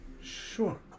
Sure